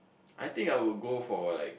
I think I will go for like